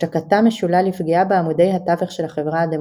השתקתה משולה לפגיעה בעמודי התווך של החברה הדמוקרטית.